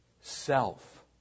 self